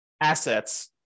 assets